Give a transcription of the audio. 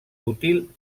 útil